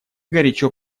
горячо